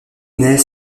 naît